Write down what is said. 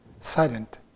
silent